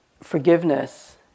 forgiveness